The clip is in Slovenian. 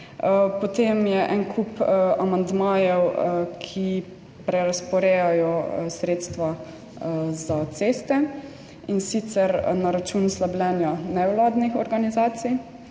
Potem je en kup amandmajev, ki prerazporejajo sredstva za ceste, in sicer na račun slabljenja nevladnih organizacij.